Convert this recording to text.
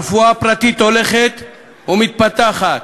הרפואה הפרטית הולכת ומתפתחת,